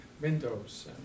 windows